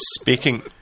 Speaking